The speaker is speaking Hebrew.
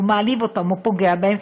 מעליב אותם או פוגע בהם,